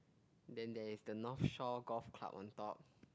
then there is the North Shore Golf Club on top